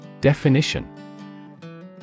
Definition